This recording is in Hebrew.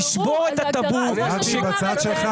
נתי, היא בצד שלך.